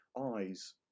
eyes